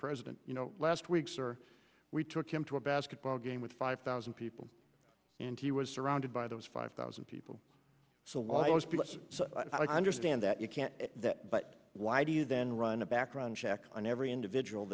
president you know last week sir we took him to a basketball game with five thousand people and he was surrounded by those five thousand people so lost but i understand that you can't that but why do you then run a background check on every individual